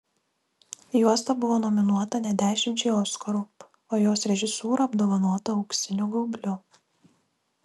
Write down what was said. juosta buvo nominuota net dešimčiai oskarų o jos režisūra apdovanota auksiniu gaubliu